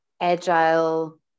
agile